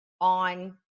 on